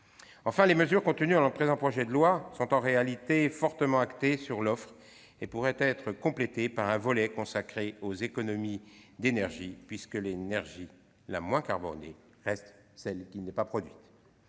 Enfin, les mesures contenues dans le présent projet de loi, fortement axées sur l'offre, pourraient être complétées par un volet consacré aux économies d'énergie, puisque l'énergie la moins carbonée reste celle qui n'est pas produite